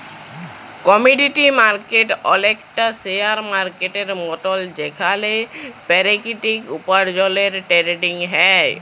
commodity market অলেকটা share মার্কেটের মতল যেখালে পেরাকিতিক উপার্জলের টেরেডিং হ্যয়